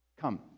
come